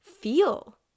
feel